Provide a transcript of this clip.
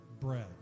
bread